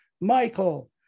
Michael